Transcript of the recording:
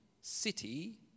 city